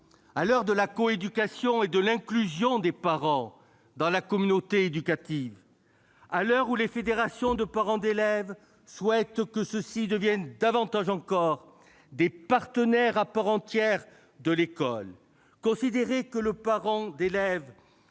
à l'heure de la coéducation et de l'inclusion des parents dans la communauté éducative, à l'heure où les fédérations de parents d'élèves souhaitent que ceux-ci deviennent davantage encore des partenaires à part entière de l'école, considérer le parent d'élève